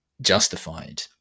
justified